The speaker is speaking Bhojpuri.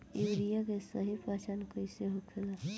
यूरिया के सही पहचान कईसे होखेला?